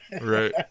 Right